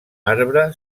arbre